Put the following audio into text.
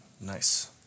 nice